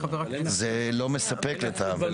זה לא מספק לטעמי.